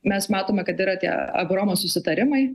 mes matome kad yra tie abraomo susitarimai